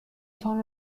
تان